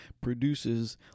produces